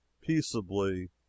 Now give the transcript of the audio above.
peaceably